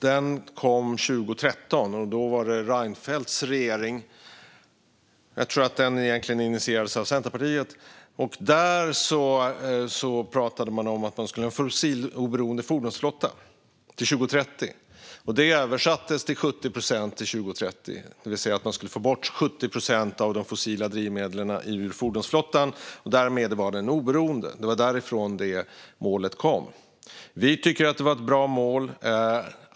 Den kom 2013 under Reinfeldts regering, och jag tror att den egentligen initierades av Centerpartiet. Där pratade man om att man skulle ha en fossiloberoende fordonsflotta till 2030. Det översattes till 70 procent till 2030, det vill säga att man skulle få bort 70 procent av de fossila drivmedlen i fordonsflottan. Det var därifrån det målet kom. Vi tycker att det var ett bra mål.